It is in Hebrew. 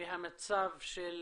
מהמצב של